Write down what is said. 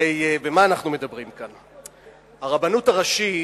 הרבנות הראשית,